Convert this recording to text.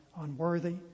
unworthy